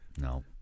No